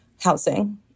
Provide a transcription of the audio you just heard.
housing